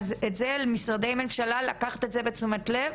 אז כל משרדי הממשלה בבקשה לקחת את זה לתשומת הלב.